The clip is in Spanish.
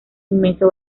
inmenso